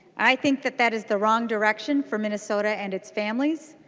i think that that is the wrong direction for minnesota and its families.